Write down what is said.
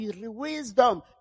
wisdom